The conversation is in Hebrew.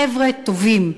חבר'ה טובים.